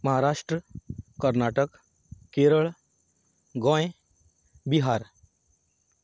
Maharashtra Karnataka Kerala Goa Bihar